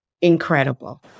incredible